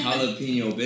Jalapeno